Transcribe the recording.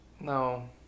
No